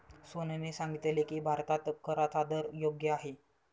सोहनने सांगितले की, भारतात कराचा दर योग्य आहे